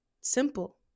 simple